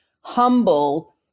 humble